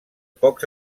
pocs